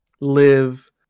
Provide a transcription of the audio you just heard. live